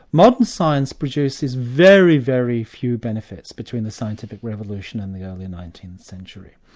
modern science produces very, very few benefits between the scientific revolution and the early nineteenth century.